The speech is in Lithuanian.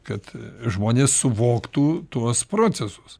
kad žmonės suvoktų tuos procesus